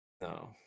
No